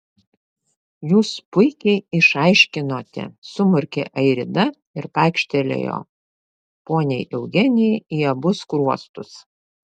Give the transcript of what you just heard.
jūs puikiai išaiškinote sumurkė airida ir pakštelėjo poniai eugenijai į abu skruostus